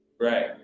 right